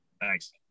Thanks